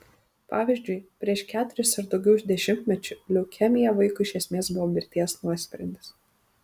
pavyzdžiui prieš keturis ar daugiau dešimtmečių leukemija vaikui iš esmės buvo mirties nuosprendis